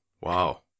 wow